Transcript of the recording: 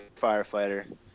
firefighter